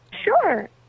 Sure